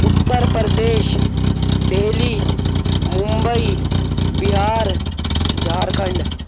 Uttar Pradesh Delhi Mumbai Bihar Jharkhand